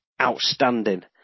outstanding